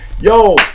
yo